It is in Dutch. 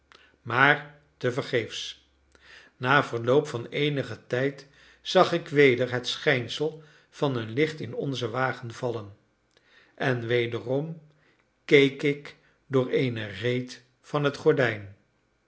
maar tevergeefs na verloop van eenigen tijd zag ik weder het schijnsel van een licht in onzen wagen vallen en wederom keek ik door eene reet van het gordijn